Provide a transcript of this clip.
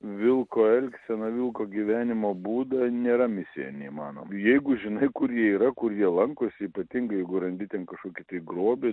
vilko elgseną vilko gyvenimo būdą nėra misija neįmanom jeigu žinai kur jie yra kur jie lankosi ypatingai jeigu randi ten kažkokį tai grobį